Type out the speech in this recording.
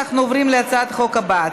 אנחנו עוברים להצעת החוק הבאה,